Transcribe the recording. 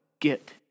get